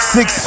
Six